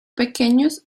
pequeños